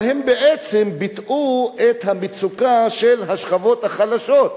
אבל הם בעצם ביטאו את המצוקה של השכבות החלשות,